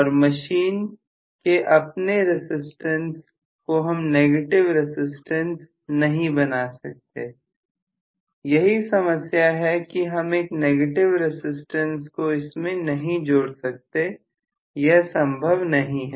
और मशीन के अपने रसिस्टेंस को हम नेगेटिव रसिस्टेंस नहीं बना सकते यही समस्या है कि हम एक नेगेटिव रसिस्टेंस को इसमें नहीं जोड़ सकते यह संभव नहीं है